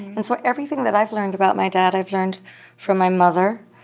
and so everything that i've learned about my dad, i've learned from my mother,